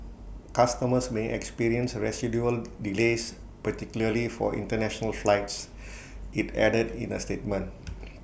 customers may experience residual delays particularly for International flights IT added in A statement